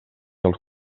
als